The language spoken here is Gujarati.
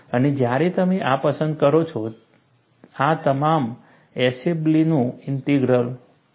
અને જ્યારે તમે આ પસંદ કરો છો ત્યારે આ તમારા એશેલબીનું ઇન્ટિગ્રલ Eshelbys integral છે